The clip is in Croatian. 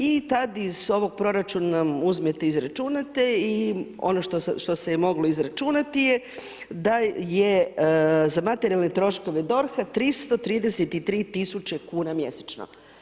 I tad iz ovog proračuna uzmete, izračunate i ono što se je moglo izračunati je da je za materijalne troškove DORH-a 333 tisuće kuna mjesečno.